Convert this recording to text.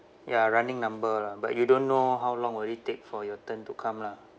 ya running number lah but you don't know how long will it take for your turn to come lah